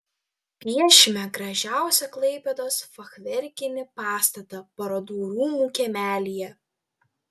piešime gražiausią klaipėdos fachverkinį pastatą parodų rūmų kiemelyje